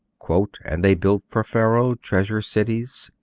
and they built for pharaoh treasure cities,